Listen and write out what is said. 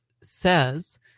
says